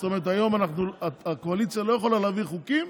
זאת אומרת, היום הקואליציה לא יכולה להעביר חוקים